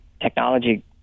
technology